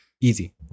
Easy